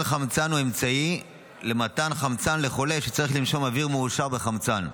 חמצן הוא אמצעי למתן חמצן לחולה שצריך לנשום אוויר מועשר בחמצן.